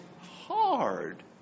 hard